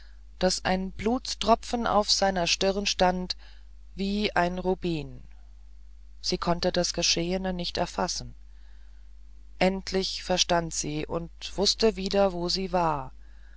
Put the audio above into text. daß ein blutstropfen auf seiner stirn stand wie ein rubin sie konnte das geschehene nicht erfassen endlich verstand sie und wußte wieder wo sie war